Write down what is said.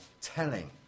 telling